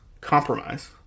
compromise